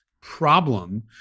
problem